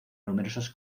numerosas